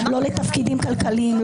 לא לתפקידים כלכליים,